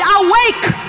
awake